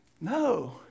No